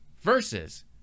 versus